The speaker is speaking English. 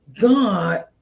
God